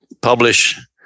publish